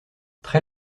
très